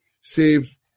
save